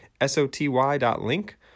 SOTY.link